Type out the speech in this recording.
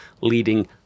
leading